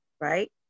right